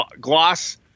Gloss